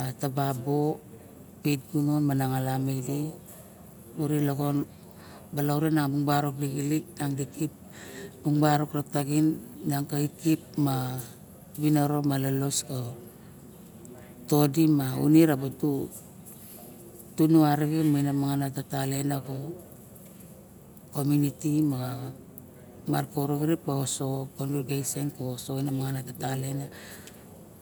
at a babo pet gunon mana me ide ure loxon balaure bang barok lixilik miang di kip bung barok ra taxin mang ka kip ma vinara ma lolos ko todi ma une rabu to, tunu arixen maine mangan a talien abu komuniti ma mar koro xirip ka osoxo congregation ine osoxo ma managana tatlien